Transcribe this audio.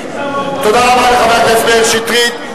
תודה רבה לחבר הכנסת מאיר שטרית.